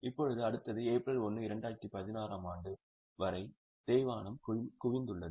இப்போது அடுத்தது ஏப்ரல் 1 2016 ஆம் தேதி வரை தேய்மானம் குவிந்துள்ளது